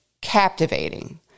captivating